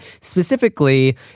specifically